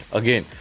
again